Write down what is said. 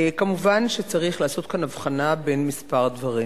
מובן שצריך לעשות כאן הבחנה בין כמה דברים.